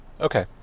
Okay